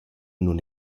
nun